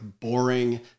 boring